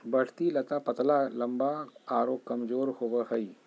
बढ़ती लता पतला लम्बा आरो कमजोर होबो हइ